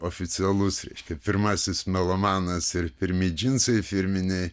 oficialus reiškia pirmasis melomanas ir pirmi džinsai firminiai